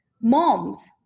moms